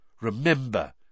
Remember